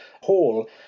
hall